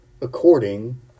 according